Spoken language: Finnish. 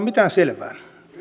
mitään selvää